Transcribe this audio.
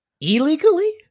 illegally